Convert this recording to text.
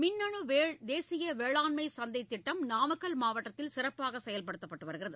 மின்னு தேசிய வேளாண்மை சந்தை திட்டம் நாமக்கல் மாவட்டத்தில் சிறப்பாக செயல்படுத்தப்பட்டு வருகிறது